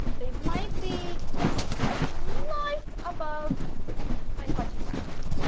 they might be um ah slightly above my fudgy brownies.